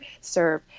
serve